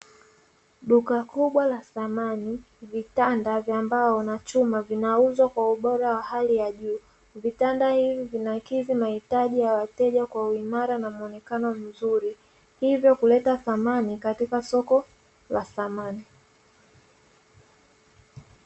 Duka kubwa la samani vitanda vya mbao na chuma vinauzwa kwa ubora wa hali ya juu vitanda hivi vinakizi mahitaji ya wateja kwa uimala na muonekano mzuri hivyo uleta thamani katika soko la samani.